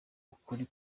ukuri